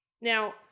Now